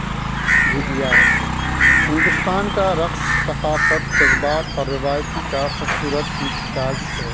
بھی دیا ہندوستان کا رقص ثقافت جذبات اور روایتی کا خوبصورت امتیاز ہے